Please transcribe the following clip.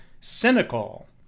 cynical